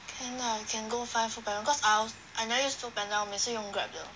can lah can go find Foodpanda cause I I never use Foodpanda 我每次用 Grab 的